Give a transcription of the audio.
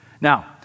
Now